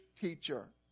teacher